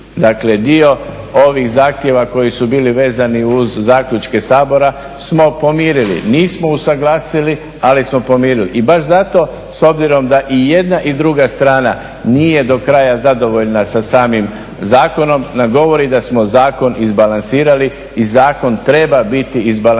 dakle dio ovih zahtjeva koji su bili vezani uz zaključke Sabora smo pomirili. Nismo usuglasili, ali smo pomirili. I baš zato s obzirom da i jedna i druga strana nije do kraja zadovoljna sa samim zakonom, nam govori da smo zakon izbalansirali i zakon treba biti izbalansiran